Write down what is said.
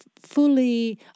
fully